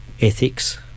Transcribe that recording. ethics